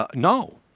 ah no.